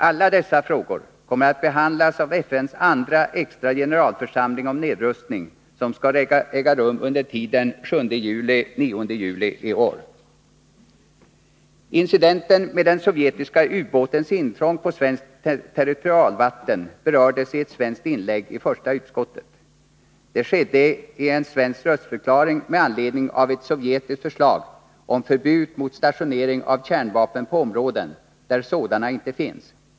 Alla dessa frågor kommer att behandlas av FN:s andra extra generalförsamling om nedrustning, som skall äga rum under tiden den 7 juni-den 9 juli i år. Incidenten med den sovjetiska ubåtens intrång på svenskt territorialvatten berördes i ett svenskt inlägg i första utskottet. Det skedde i en svensk röstförklaring med anledning av ett sovjetiskt förslag om förbud mot stationering av kärnvapen på områden, där sådana inte finns.